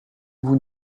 vous